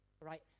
right